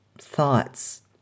thoughts